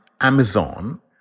Amazon